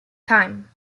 time